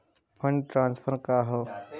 Fund transfer का हव?